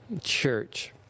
Church